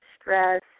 stress